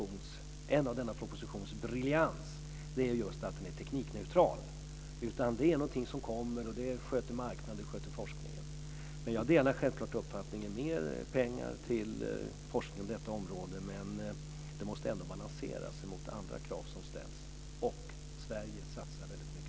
Det är en av denna propositions briljanser att den är teknikneutral. Det är någonting som marknaden och forskningen sköter. Jag delar självklart uppfattningen om mer pengar till forskningen på detta område, men det måste balanseras mot andra krav som ställs. Sverige satsar väldigt mycket på forskning.